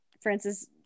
francis